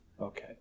Okay